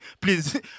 Please